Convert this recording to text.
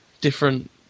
different